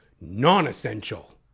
non-essential